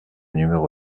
numéro